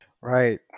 right